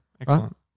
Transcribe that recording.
excellent